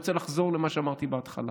אני רוצה לחזור למה שאמרתי בהתחלה.